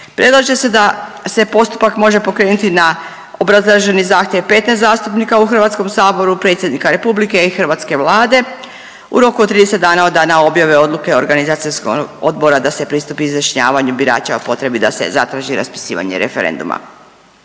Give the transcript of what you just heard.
Predlaže se da se postupak može pokrenuti na obrazloženi zahtjev 15 zastupnika u Hrvatskom saboru, Predsjednika Republike i hrvatske Vlade u roku od 30 dana od dana objave odluke organizacijskog odbora da se pristupi izjašnjavanju birača o potrebi da se zatraži raspisivanje referenduma.